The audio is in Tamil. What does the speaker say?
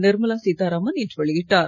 நிர்மலா சீதாராமன் இன்று வெளியிட்டார்